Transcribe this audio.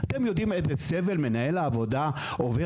אתם יודעים איזה סבל מנהל העבודה עובר?